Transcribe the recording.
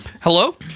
Hello